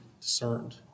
discerned